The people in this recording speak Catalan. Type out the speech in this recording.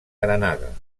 granada